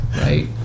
right